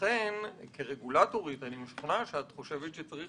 אני משוכנע שכרגולטורית את חושבת שצריך